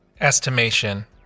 estimation